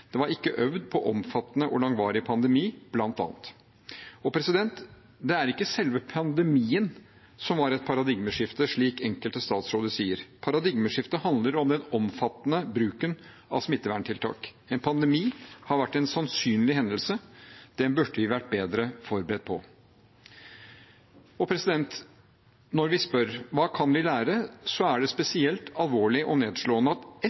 det var ikke øvd på omfattende og langvarig pandemi, bl.a. Det er ikke selve pandemien som var et paradigmeskifte, slik enkelte statsråder sier. Paradigmeskiftet handler om den omfattende bruken av smitteverntiltak. En pandemi har vært en sannsynlig hendelse. Den burde vi vært bedre forberedt på. Når vi spør hva vi kan lære, er det spesielt alvorlig og nedslående at